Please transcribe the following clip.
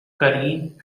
karin